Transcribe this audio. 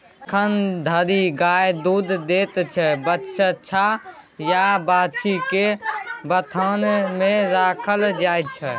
जखन धरि गाय दुध दैत छै बछ्छा या बाछी केँ बथान मे राखल जाइ छै